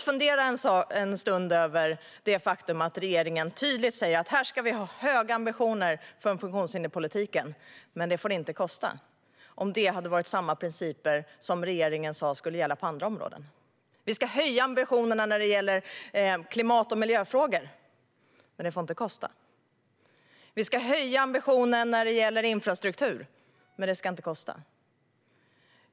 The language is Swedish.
Regeringen säger tydligt att här ska vi ha höga ambitioner för funktionshinderhinderspolitiken, men det får inte kosta. Låt oss fundera över om regeringen skulle säga att samma principer ska gälla på andra områden. Vi ska höja ambitionerna när det gäller klimat och miljöfrågor, men det får inte kosta. Vi ska höja ambitionerna när det gäller infrastruktur, men det ska inte kosta.